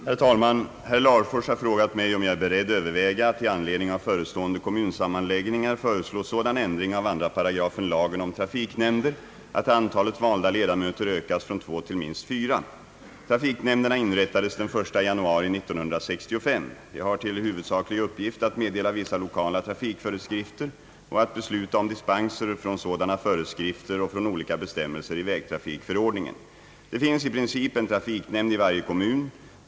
Herr talman! Herr Larfors har frågat mig, om jag är beredd överväga att i anledning av förestående kommunsammanläggningar föreslå sådan ändring Trafiknämnderna inrättades den 1 januari 1965. De har till huvudsaklig uppgift att meddela vissa lokala trafikföreskrifter och att besluta om dispenser från sådana föreskrifter och från olika bestämmelser i vägtrafikförordningen. Det finns i princip en trafiknämnd i varje kommun.